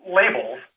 labels